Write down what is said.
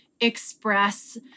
express